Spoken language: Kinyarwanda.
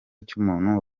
cy’umuntu